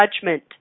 judgment